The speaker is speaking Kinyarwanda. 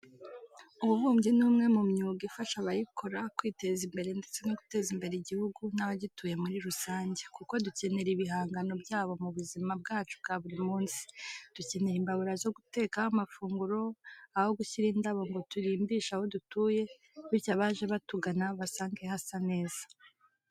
Ububumbyi ni umwe mu myuga ifasha abayikora kwiteza imbere ndetse no guteza imbere igihugu n'abagituye muri rusange kuko dukenera ibihangano byabo mu buzima bwacu bwa buri munsi. Dukenera imbabura zo gutekaho amafunguro, aho gushyira indabo ngo turimbishe aho dutuye bityo abaje batugana basange hasa neza.